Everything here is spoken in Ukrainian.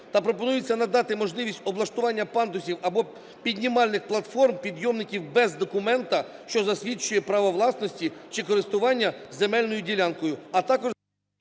та пропонується надати можливість облаштування пандусів або піднімальних платформ, підйомників без документа, що засвідчує право власності чи користування земельною ділянкою.